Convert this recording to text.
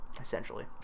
Essentially